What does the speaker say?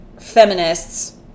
feminists